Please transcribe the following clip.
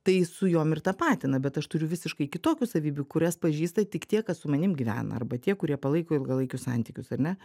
tai su jom ir tapatina bet aš turiu visiškai kitokių savybių kurias pažįsta tik tie kas su manim gyvena arba tie kurie palaiko ilgalaikius santykius ar ne